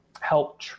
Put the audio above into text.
help